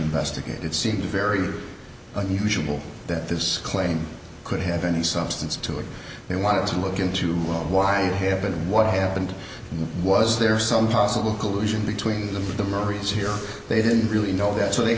investigate it seems very unusual that this claim could have any substance to it they want to look into why it happened what happened was there some possible collusion between them and the marines here they didn't really know that so they